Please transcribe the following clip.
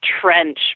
trench